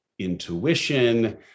intuition